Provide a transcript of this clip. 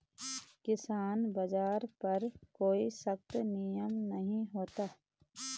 किसान बाज़ार पर कोई सख्त विनियम नहीं होता